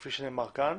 כפי שנאמר כאן,